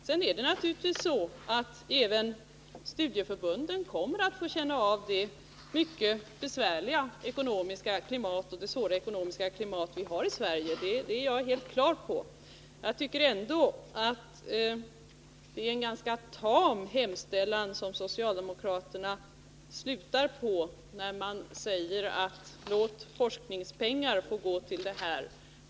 Sedan är det naturligtvis så att även studieförbunden kommer att få känna av det mycket svåra ekonomiska klimat som vi har i Sverige, det är jag helt klar på. Jag tycker att det är en ganska tam hemställan som socialdemokraterna kommer fram till när de vill att forskningspengar skall gå till studiecirkelverksamhet.